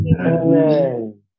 Amen